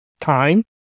time